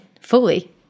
fully